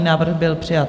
Návrh byl přijat.